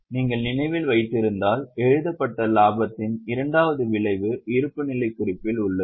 நீங்கள் நினைவில் வைத்திருந்தால் எழுதப்பட்ட லாபத்தின் இரண்டாவது விளைவு இருப்புநிலைக் குறிப்பில் உள்ளது